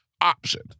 option